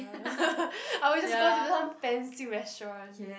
or we just go to some fancy restaurant